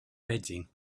bedding